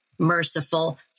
Merciful